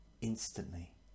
instantly